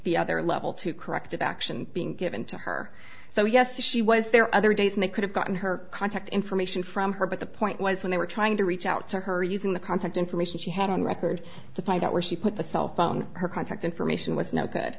the other level two corrective action being given to her so yes she was there other days and they could have gotten her contact information from her but the point was when they were trying to reach out to her using the contact information she had on record to find out where she put the cell phone her contact information was no good